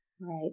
Right